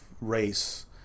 race